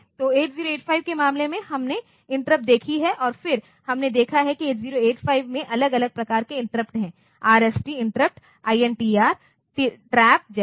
तो 8085 के मामले में हमने इंटरप्ट देखी है और फिर हमने देखा है कि 8085 में अलग अलग प्रकार के इंटरप्ट हैं आरएसटी इंटरप्ट आईएनजीआर टीआरएपी जैसी